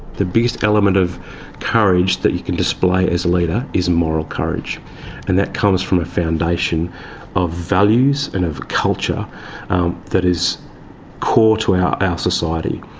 the biggest element of courage that you can display as a leader is moral courage and that comes from a foundation of values and of a culture that is core to our ah society.